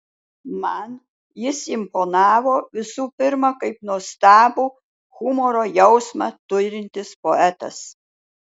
man jis imponavo visų pirma kaip nuostabų humoro jausmą turintis poetas